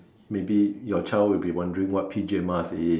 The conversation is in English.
maybe your child will be wondering what P_J mask is